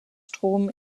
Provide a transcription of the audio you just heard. strom